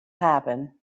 happen